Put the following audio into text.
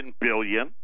billion